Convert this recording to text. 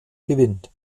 gewinnt